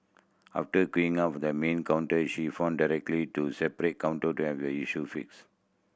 after queuing up at the main counter she found to separate counter to have the issue fixed